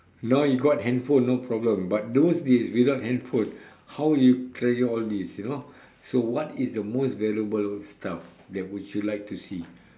now you got handphone no problem but those days without handphone how you treasure all these you know so what is the most valuable stuff that would you like to see